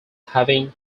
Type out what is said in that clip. having